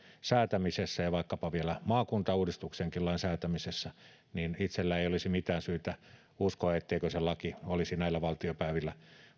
säätämisessä ja vaikkapa vielä maakuntauudistuksenkin lain säätämisessä niin itselläni ei olisi mitään syytä uskoa etteikö ne lait olisi näillä valtiopäivillä